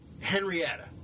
Henrietta